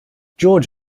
george